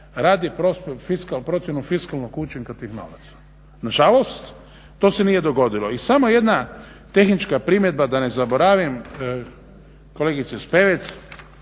radi procjenu fiskalnog učinka tih novaca. Nažalost to se nije dogodilo i samo jedna tehnička primjena da ne zaboravim kolegice Spevec